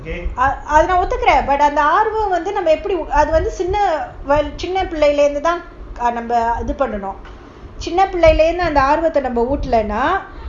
அதநான்ஒதுக்குறேன்ஆனாஅதுசின்னபிள்ளைலதான்வரணும்சின்னபிள்ளைலஇருந்துஅந்தஆர்வத்தநாமஊட்டலானா:adhu nan othukuren aana adhu chinna pillaila than varanum chinna pillaila irunthu andha aarvatha nama ootalana